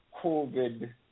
COVID